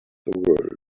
world